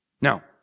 Now